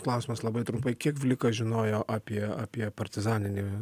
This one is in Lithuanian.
klausimas labai trumpai kiek vlikas žinojo apie apie partizaninį